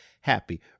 happy